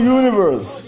universe